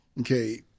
okay